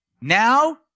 Now